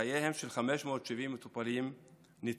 חייהם של 570 מטופלים ניצלו.